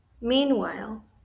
Meanwhile